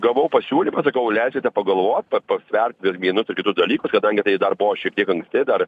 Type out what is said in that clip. gavau pasiūlymą sakau leidžiate pagalvot pasvert vienus ar kitus dalykus kadangi tai dar buvo šiek tiek anksti dar